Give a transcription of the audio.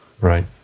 right